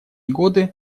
годы